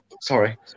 Sorry